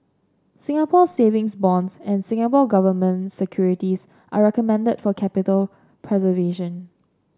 Singapore Savings Bonds and Singapore Government Securities are recommended for capital preservation